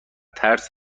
ترس